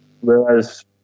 whereas